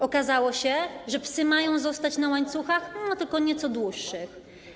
Okazało się, że psy mają zostać na łańcuchach, tylko nieco dłuższych.